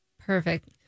Perfect